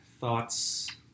thoughts